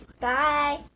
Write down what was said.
Bye